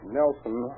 Nelson